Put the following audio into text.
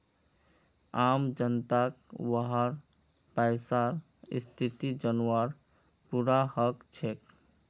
आम जनताक वहार पैसार स्थिति जनवार पूरा हक छेक